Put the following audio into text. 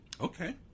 Okay